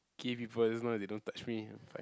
gay people as long as they don't touch me I'm fine